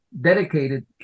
dedicated